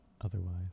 otherwise